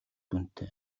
дүнтэй